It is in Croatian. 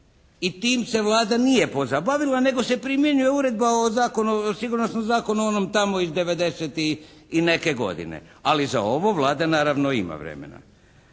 I tim se Vlada nije pozabavila nego se primjenjuje Uredba o zakonu, sigurnosnom zakonu onom tamo iz '90. i neke godine. Ali za ovo Vlada naravno ima vremena.